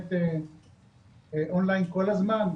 באמת און-ליין כל הזמן?